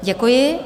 Děkuji.